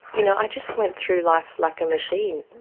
you know i just went through life like a machine.